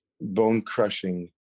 bone-crushing